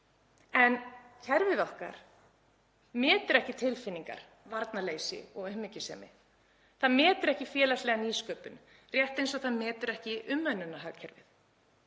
en kerfið okkar metur ekki tilfinningar, varnarleysi og umhyggjusemi. Það metur ekki félagslega nýsköpun, rétt eins og það metur ekki umönnunarhagkerfið.